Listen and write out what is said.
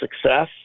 success